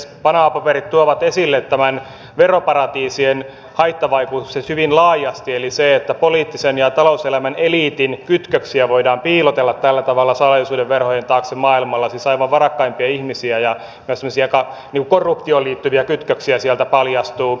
panama paperit tuovat esille tämän veroparatiisien haittavaikutuksen hyvin laajasti eli sen että poliittisen ja talouselämän eliitin kytköksiä voidaan piilotella tällä tavalla salaisuuden verhojen taakse maailmalla siis aivan varakkaimpia ihmisiä ja korruptioon liittyviä kytköksiä sieltä paljastuu